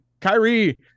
Kyrie